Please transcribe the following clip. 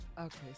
Okay